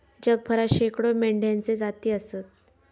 जगभरात शेकडो मेंढ्यांच्ये जाती आसत